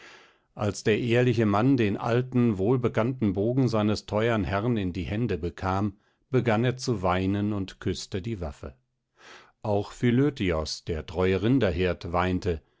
als der ehrliche mann den alten wohlbekannten bogen seines teuern herrn in die hände bekam begann er zu weinen und küßte die waffe auch philötios der treue rinderhirt weinte